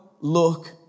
look